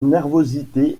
nervosité